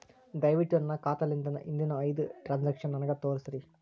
ದಯವಿಟ್ಟು ನನ್ನ ಖಾತಾಲಿಂದ ಹಿಂದಿನ ಐದ ಟ್ರಾಂಜಾಕ್ಷನ್ ನನಗ ತೋರಸ್ರಿ